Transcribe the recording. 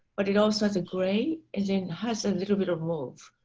but it also has a gray is in has a little bit of both.